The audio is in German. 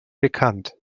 bekannt